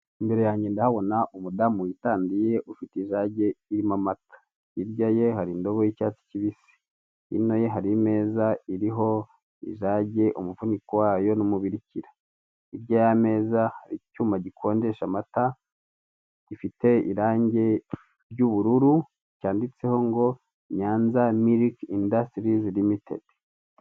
Imbere yange ndahabona umudamu witandiye ufite ijage irimo amata. Hirya ye hari indobo y'icyatsi kibisi. Hino ye hari imeza iriho ijage, umufuniko wayo n'umubirikira. Hirya y'ameza hari icyuma gikonjesha amata gifite irange ry'ubururu cyanditseho ngo Nyanza miriki indasitirizi rimitedi.